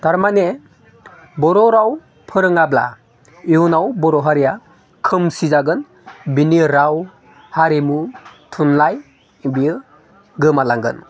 थारमाने बर' राव फोरोङाब्ला इयुनाव बर' हारिया खोमसि जागोन बिनि राव हारिमु थुनलाइ बेयो गोमा लांगोन